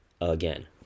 again